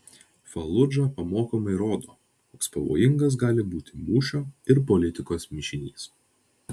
faludža pamokomai rodo koks pavojingas gali būti mūšio ir politikos mišinys